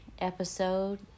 Episode